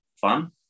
Fun